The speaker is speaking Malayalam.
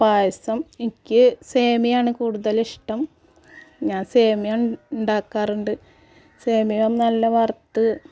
പായസം എനിക്ക് സേമിയ ആണ് കൂടുതൽ ഇഷ്ടം ഞാൻ സേമിയ ഉണ്ടാക്കാറുണ്ട് സേമിയ നല്ല വറുത്ത്